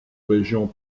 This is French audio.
régions